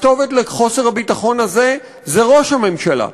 הכתובת לחוסר הביטחון הזה היא ראש הממשלה,